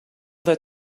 that